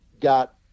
got